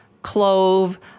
Clove